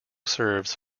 serves